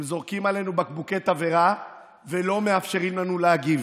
הם זורקים עלינו בקבוקי תבערה ולא מאפשרים לנו להגיב.